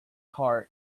car